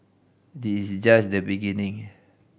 this just the beginning